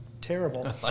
terrible